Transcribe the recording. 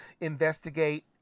investigate